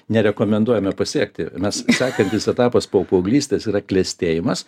nerekomenduojame pasiekti nes sakantis etapas po paauglystės yra klestėjimas